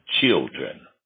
children